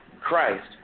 Christ